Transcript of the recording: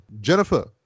Jennifer